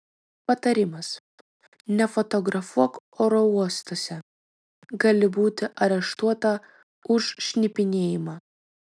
patarimas nefotografuok oro uostuose gali būti areštuota už šnipinėjimą